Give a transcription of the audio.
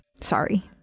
Sorry